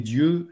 Dieu